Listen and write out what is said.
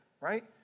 right